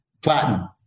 platinum